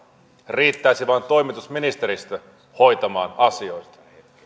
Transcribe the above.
riittäisi vain toimitusministeristö hoitamaan asioita